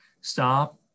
stop